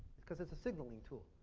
because it's a signaling tool.